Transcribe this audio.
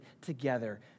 together